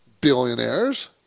billionaires